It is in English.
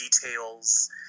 details